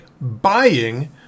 buying